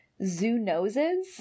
zoonoses